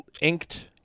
inked